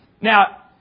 Now